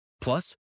Plus